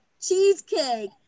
Cheesecake